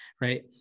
Right